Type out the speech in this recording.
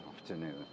afternoon